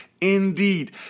Indeed